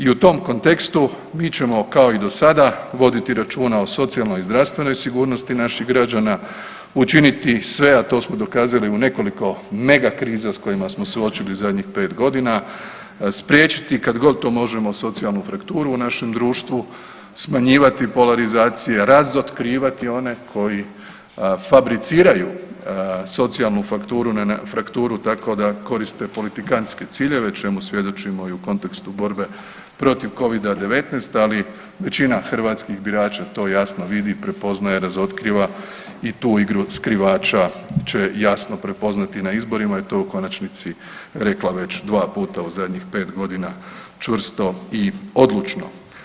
I u tom kontekstu mi ćemo kao i do sada voditi računa o socijalnoj i zdravstvenoj sigurnosti naših građana, učiniti sve, a to smo dokazali u nekoliko megakriza s kojima smo se suočili zadnjih 5 godina, spriječiti kad god to možemo socijalnu frakturu u našem društvu, smanjivati polarizacije, razotkrivati one koji fabriciraju socijalnu fakturu, frakturu tako da koriste politikantske ciljeve čemu svjedočimo i u kontekstu borbe protiv Covida-19, ali većina hrvatskih birača to jasno vidi, prepoznaje, razotkriva i tu igru skrivača će jasno prepoznati na izborima i to u konačnici rekla već 2 puta u zadnjih 5 godina čvrsto i odlučno.